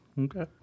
Okay